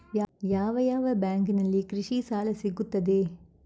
ಯಾವ ಯಾವ ಬ್ಯಾಂಕಿನಲ್ಲಿ ಕೃಷಿ ಸಾಲ ಸಿಗುತ್ತದೆ?